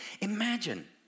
imagine